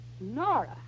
Nora